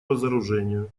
разоружению